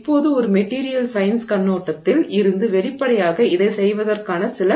இப்போது ஒரு material science கண்ணோட்டத்தில் இருந்து வெளிப்படையாக இதைச் செய்வதற்கான சில